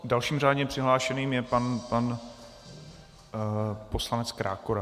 Dalším řádně přihlášeným je pan poslanec Krákora.